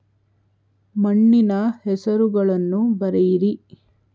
ಮಣ್ಣಿನ ಹೆಸರುಗಳನ್ನು ಬರೆಯಿರಿ